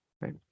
right